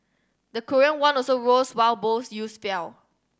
the Korean won also rose while both yields fell